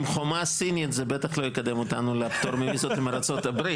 עם החומה הסינית זה בטח לא יקדם אותנו לפטור מוויזות עם ארה"ב.